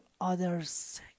others